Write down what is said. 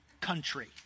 country